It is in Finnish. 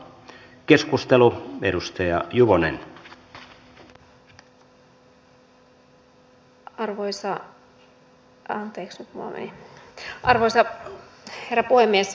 arvoisa herra puhemies